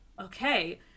Okay